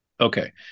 okay